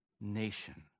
nation